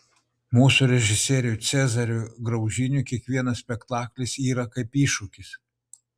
mūsų režisieriui cezariui graužiniui kiekvienas spektaklis yra kaip iššūkis